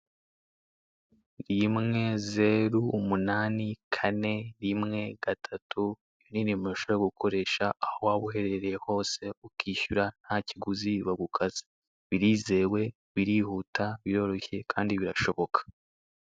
Rimwe zeru umunani kane rimwe gatatu iyi ni nomero ushobota gukoresha aho waba uhererye hose ukishyura ntakiguzi bagukase. Birizewe, birihuta, biroroshye kandi birashoboka.